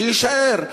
שיישאר.